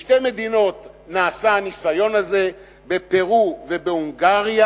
בשתי מדינות נעשה הניסיון הזה: בפרו ובהונגריה,